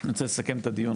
אני רוצה לסכם את הדיון,